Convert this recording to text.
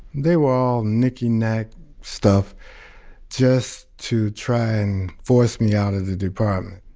they were all knicky-knack stuff just to try and force me out of the department